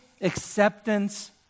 acceptance